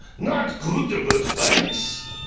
not cootaboot banks?